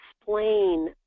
explain